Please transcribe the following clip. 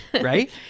Right